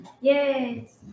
Yes